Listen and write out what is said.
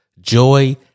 joy